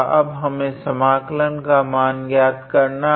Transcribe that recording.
अब हमें इस समाकलन का मान ज्ञात करना है